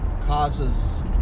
causes